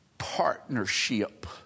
Partnership